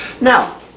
Now